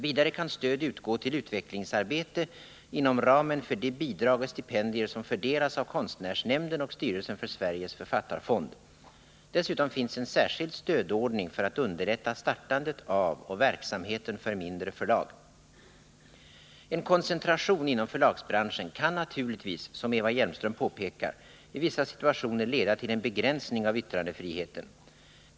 Vidare kan stöd utgå till utvecklingsarbete inom ramen för de bidrag och stipendier som fördelas av konstnärsnämnden och styrelsen för Sveriges författarfond. Dessutom finns en särskild stödordning för att underlätta startandet av och verksamheten för mindre förlag. En koncentration inom förlagsbranschen kan naturligtvis, som Eva Hjelmström påpekar, i vissa situationer leda till en begränsning av yttrandefriheten.